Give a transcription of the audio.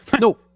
No